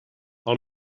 pel